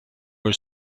were